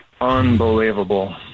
Unbelievable